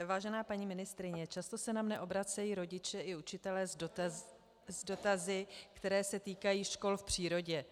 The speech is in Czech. Vážená paní ministryně, často se na mne obracejí rodiče i učitelé s dotazy, které se týkají škol v přírodě.